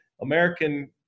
American